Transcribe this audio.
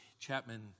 Chapman